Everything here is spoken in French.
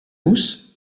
mousse